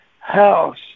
house